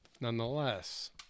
Nonetheless